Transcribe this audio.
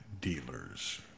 Dealers